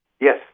Yes